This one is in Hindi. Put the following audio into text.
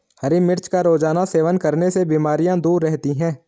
हरी मिर्च का रोज़ाना सेवन करने से बीमारियाँ दूर रहती है